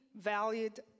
valued